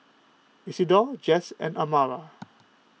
Isidor Jess and Amara